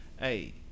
hey